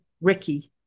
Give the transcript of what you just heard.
Ricky